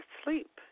sleep